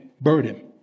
burden